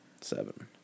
Seven